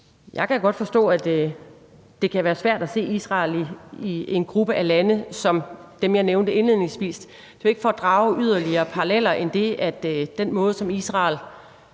Jeg kan godt forstå, at det kan være svært at se Israel i en gruppe af lande som dem, jeg nævnte indledningsvis. Det er jo ikke for at drage yderligere paralleller end det, at den måde, som Israel